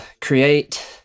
create